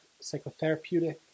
psychotherapeutic